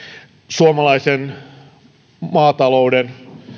suomalaisen maatalouden